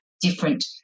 different